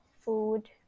food